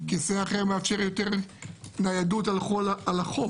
כיסא אחר מאפשר יותר ניידות על החוף.